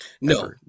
No